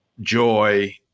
joy